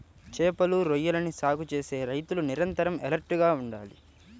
చేపలు, రొయ్యలని సాగు చేసే రైతులు నిరంతరం ఎలర్ట్ గా ఉండాలి